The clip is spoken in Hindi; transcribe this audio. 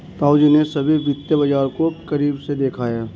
ताऊजी ने सभी वित्तीय बाजार को करीब से देखा है